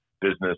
business